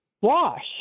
wash